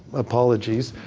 apologies.